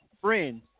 friend